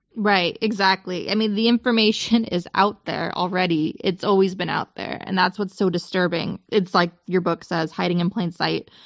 right. exactly. and the information is out there already. it's always been out there. and that's what's so disturbing. it's like your book says, hiding in plain sight.